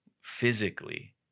physically